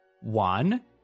One